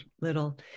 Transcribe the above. little